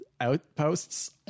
outposts